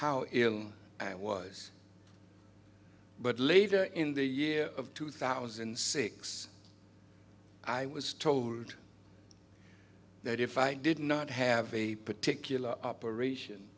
ill i was but later in the year of two thousand and six i was told that if i did not have a particular operation